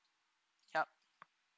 yup